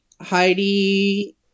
Heidi